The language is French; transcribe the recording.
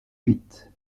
huit